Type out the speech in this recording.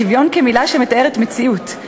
שוויון כמילה שמתארת מציאות,